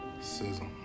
Sizzle